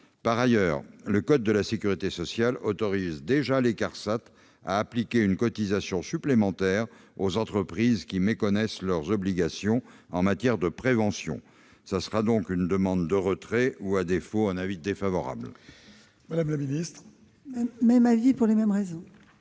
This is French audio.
Par ailleurs, le code de la sécurité sociale autorise déjà les CARSAT à appliquer une cotisation supplémentaire aux entreprises qui méconnaissent leurs obligations en matière de prévention. C'est pourquoi la commission demande le retrait de cet amendement.